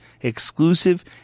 exclusive